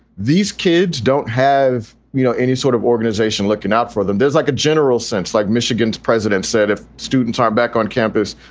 these kids don't. have you know any sort of organization looking out for them? there's like a general sense, like michigan's president said, if students are back on campus,